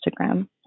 Instagram